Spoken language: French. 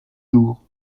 jours